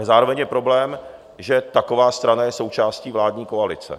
Zároveň je problém, že taková strana je součástí vládní koalice.